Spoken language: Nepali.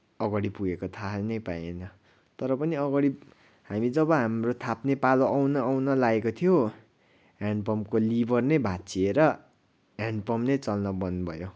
अगाडि पुगेको थाहै नै पाइएन तर पनि अगाडि हामी जब हाम्रो थाप्ने पालो आउन आउन लागेको थियो ह्यान्ड पम्पको लिबर नै भाँच्चिएर ह्यान्ड पम्प नै चल्न बन्द भयो